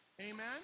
Amen